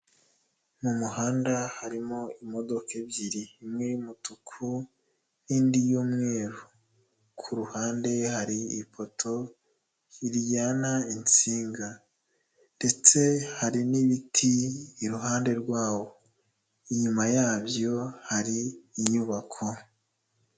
Mu muhanda harimo imodoka ebyiri, imwe y'umutuku indi y'umweru, ku ruhande hari ipoto riryana insinga, ndetse hari n'ibiti iruhande rwawo, inyuma yabyo hari inyubako.